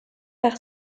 par